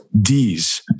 D's